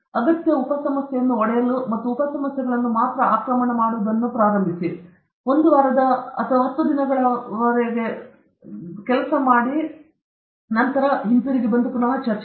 ಅಗತ್ಯ ಉಪ ಸಮಸ್ಯೆಗಳಿಗೆ ಸಮಸ್ಯೆಯನ್ನು ಒಡೆಯಲು ಮತ್ತು ಉಪ ಸಮಸ್ಯೆಗಳನ್ನು ಮಾತ್ರ ಆಕ್ರಮಣ ಮಾಡುವುದನ್ನು ಪ್ರಾರಂಭಿಸಿ ಅಥವಾ ಕೇವಲ ಒಂದು ವಾರದ ಅಥವಾ ಹತ್ತು ದಿನಗಳವರೆಗೆ ಬಿಟ್ಟುಕೊಡಲು ಪ್ರಾರಂಭಿಸಿ ನಂತರ ಸರಿ ಹಿಂತಿರುಗಿ